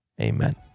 Amen